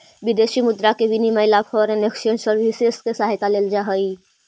विदेशी मुद्रा के विनिमय ला फॉरेन एक्सचेंज सर्विसेस के सहायता लेल जा हई